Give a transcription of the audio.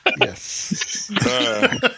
Yes